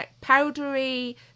powdery